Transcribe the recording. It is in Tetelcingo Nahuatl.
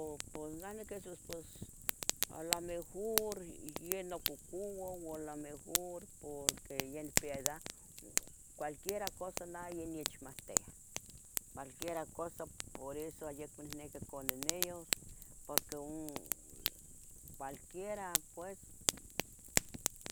O pos nah nequehtus pos alamejur yenun cucua. u alamejur porque ya neh pia edad, cualquiera cosa. nah ya nechmahtia, cualquiera cosa, por eso ayecmo. nehneque coninias, porque un cualquiera pues.